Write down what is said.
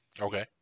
Okay